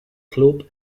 club